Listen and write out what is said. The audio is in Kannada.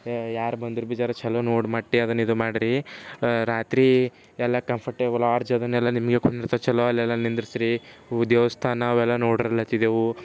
ಯಾರು ಬಂದರೂ ಬಿ ಜರ ಚಲೋ ನೋಡಿ ಮಟ್ಟಿ ಅದನ್ನು ಇದು ಮಾಡ್ರಿ ರಾತ್ರಿ ಎಲ್ಲ ಕಂಫರ್ಟೇಬಲ್ ಲಾಡ್ಜ್ ಅದನ್ನೆಲ್ಲ ನಿಮಗೆ ಕುಂದ್ರತ ಚಲೋ ಅಲ್ಲೆಲ್ಲ ನಿಂದ್ರಿಸಿ ರೀ ಊರ ದೇವಸ್ಥಾನ ಅವೆಲ್ಲ ನೋಡರ್ಲತ್ತಿದೆವು